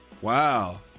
Wow